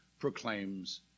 proclaims